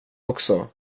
också